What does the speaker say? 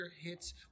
hits